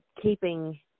keeping